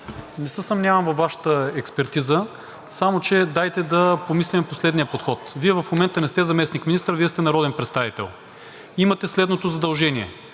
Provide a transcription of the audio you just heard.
Не се съмнявам във Вашата експертиза, само че дайте да помислим по следния подход. Вие в момента не сте заместник-министър, Вие сте народен представител. Имате следното задължение